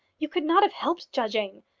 you could not have helped judging.